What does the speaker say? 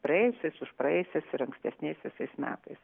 praėjusiais užpraėjusiais ir ankstesniais visais metais